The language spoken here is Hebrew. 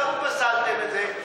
למה פסלתם את זה?